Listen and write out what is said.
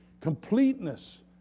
completeness